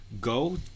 go